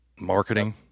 marketing